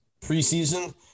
preseason